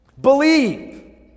believe